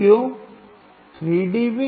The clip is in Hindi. क्यों 3 डीबी